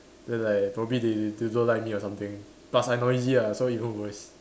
then like probably they they don't like me or something plus I noisy ah so even worse